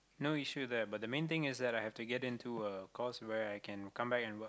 no issue right but the main thing is that I have to get into a course where I can come back and work